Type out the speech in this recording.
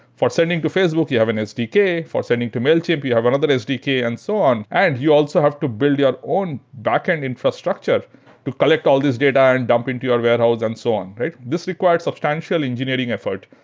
for sending to facebook, you have an sdk. for sending to mailchimp, you have another sdk and so on and you also have to build your own backend infrastructure to collect all these data and dump into your warehouse and so on, right? this requires substantial engineering effort.